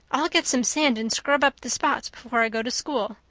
i'll get some sand and scrub up the spots before i go to school.